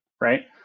right